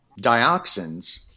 Dioxins